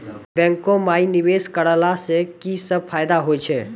बैंको माई निवेश कराला से की सब फ़ायदा हो छै?